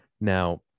Now